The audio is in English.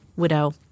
Widow